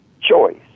choice